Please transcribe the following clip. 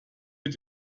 mit